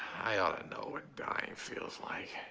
i outta know what dying feels like.